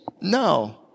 No